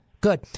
Good